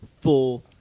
full